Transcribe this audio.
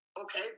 Okay